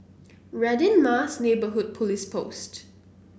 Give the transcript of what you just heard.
Radin Mas Neighbourhood Police Post